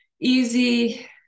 easy